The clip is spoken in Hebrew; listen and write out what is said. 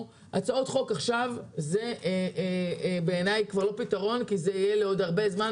הצעות חוק עכשיו בעיניי זה לא פתרון כי זה יהיה לעוד הרבה זמן,